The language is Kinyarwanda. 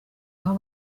aho